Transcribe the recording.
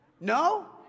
No